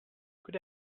could